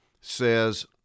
says